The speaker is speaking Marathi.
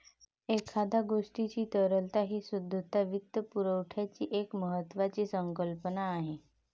एखाद्या गोष्टीची तरलता हीसुद्धा वित्तपुरवठ्याची एक महत्त्वाची संकल्पना आहे